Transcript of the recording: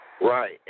Right